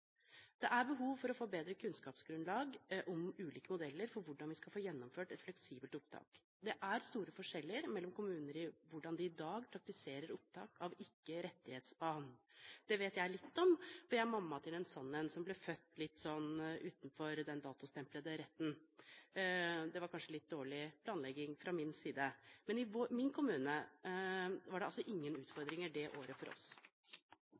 Det er behov for å få et bedre kunnskapsgrunnlag om ulike modeller for hvordan vi skal få gjennomført et fleksibelt opptak. Det er store forskjeller mellom kommuner på hvordan de i dag praktiserer opptak av ikke-rettighetsbarn. Det vet jeg litt om, for jeg er mamma til en som ble født litt utenfor den datostemplede retten. Det var kanskje litt dårlig planlegging fra min side, men i min kommune var det ingen utfordringer det året for oss.